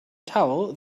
towel